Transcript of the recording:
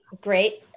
great